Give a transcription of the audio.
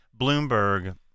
Bloomberg